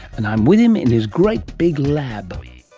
and i'm with him in his great big lab.